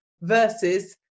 versus